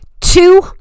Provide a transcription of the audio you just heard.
two